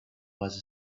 was